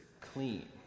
clean